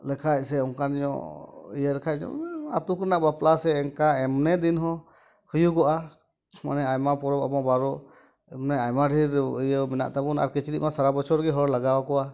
ᱞᱮᱠᱷᱟᱡ ᱥᱮ ᱚᱱᱠᱟᱱ ᱧᱚᱜ ᱤᱭᱟᱹ ᱞᱮᱠᱷᱟᱡ ᱟᱛᱳ ᱠᱚᱨᱮᱱᱟᱜ ᱵᱟᱯᱞᱟ ᱥᱮ ᱮᱝᱠᱟ ᱮᱢᱱᱮ ᱫᱤᱱ ᱦᱚᱸ ᱦᱩᱭᱩᱜᱚᱜᱼᱟ ᱢᱟᱱᱮ ᱟᱭᱢᱟ ᱯᱚᱨᱚᱵᱽ ᱟᱵᱚᱢᱟ ᱟᱨᱚ ᱢᱟᱱᱮ ᱟᱭᱢᱟ ᱰᱷᱮᱨ ᱤᱭᱟᱹ ᱢᱮᱱᱟᱜ ᱛᱟᱵᱚᱱ ᱟᱨ ᱠᱤᱪᱨᱤᱜ ᱢᱟ ᱥᱟᱨᱟ ᱵᱚᱪᱷᱚᱨ ᱜᱮ ᱦᱚᱲ ᱞᱟᱜᱟᱣ ᱠᱚᱣᱟ